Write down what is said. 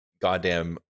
goddamn